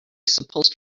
supposed